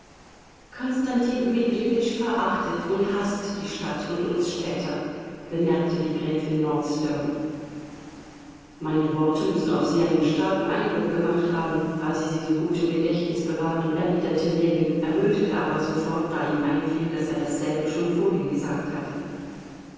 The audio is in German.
konstantin dmitrijewitsch verachtet und haßt die stadt und uns städter bemerkte die gräfin northstone meine worte müssen auf sie einen starken eindruck gemacht haben da sie sie so gut im gedächtnis bewahren erwiderte ljewin errötete aber sofort da ihm einfiel daß er dasselbe schon vorhin gesagt hatte